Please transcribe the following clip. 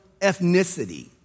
ethnicity